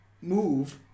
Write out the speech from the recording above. move